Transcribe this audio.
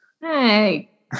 Hey